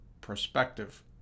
perspective